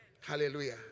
Hallelujah